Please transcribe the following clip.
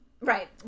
Right